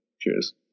cheers